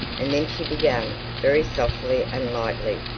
and then she began, very softly and lightly,